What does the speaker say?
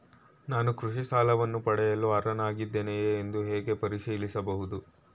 ನಾನು ಕೃಷಿ ಸಾಲವನ್ನು ಪಡೆಯಲು ಅರ್ಹನಾಗಿದ್ದೇನೆಯೇ ಎಂದು ಹೇಗೆ ಪರಿಶೀಲಿಸಬಹುದು?